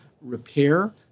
repair